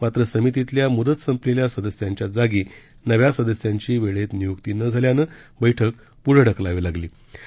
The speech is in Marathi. मात्र समितीतल्या मुदत संपलेल्या सदस्यांच्या जागी नव्या सदस्यांची वेळेत नियुक्ती न झाल्यानं बैठक पूढे ढकलावी लागली होती